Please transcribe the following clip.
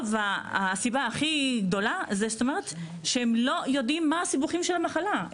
הסיבה המרכזית ביותר היא חוסר המודעות לסיבוכים של המחלה.